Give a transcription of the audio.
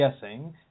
guessing